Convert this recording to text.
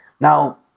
Now